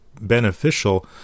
beneficial